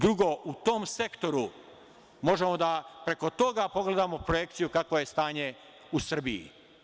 Drugo, u tom sektoru možemo da preko toga pogledamo projekciju kakvo je stanje u Srbiji.